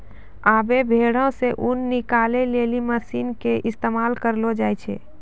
आबै भेड़ो से ऊन निकालै लेली मशीन के इस्तेमाल करलो जाय छै